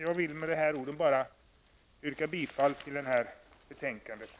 Jag vill med de här orden yrka bifall till utskottets hemställan.